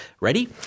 Ready